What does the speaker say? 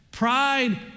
Pride